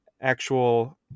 actual